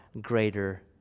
greater